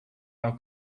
our